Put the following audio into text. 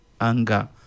anger